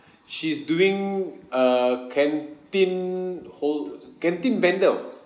she's doing a canteen hold canteen vendor